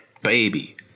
Baby